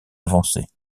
avancées